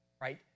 right